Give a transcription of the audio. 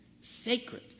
sacred